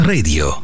Radio